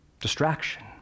distraction